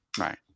Right